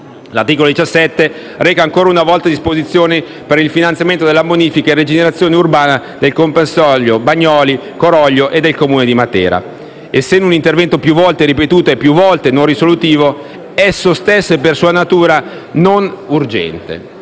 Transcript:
L'articolo 17 reca, ancora una volta, disposizioni per il finanziamento della bonifica e rigenerazione urbana del comprensorio Bagnoli-Coroglio e del Comune di Matera. Essendo un intervento più volte ripetuto e più volte non risolutivo, esso è per sua stessa natura non urgente.